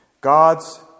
God's